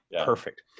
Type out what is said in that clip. Perfect